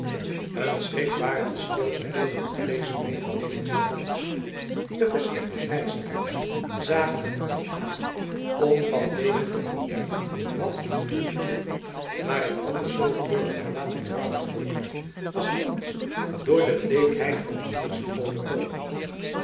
een schrikbarende stilte volgde op deze mededeeling des monniks de verschrikte grijsaards zagen hun abt aan om van dezen te vernemen wat er te doen viel maar het anders zoo fleurig gelaat van vader volkert was thans door de bleekheid van den angst